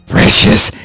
Precious